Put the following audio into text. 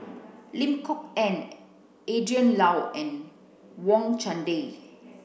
Lim Kok Ann Adrin Loi and Wang Chunde